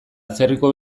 atzerriko